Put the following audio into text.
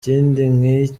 ikindi